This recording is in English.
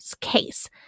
case